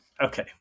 Okay